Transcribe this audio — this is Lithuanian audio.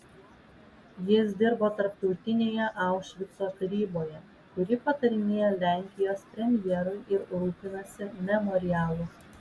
jis dirbo tarptautinėje aušvico taryboje kuri patarinėja lenkijos premjerui ir rūpinasi memorialu